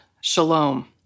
shalom